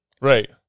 Right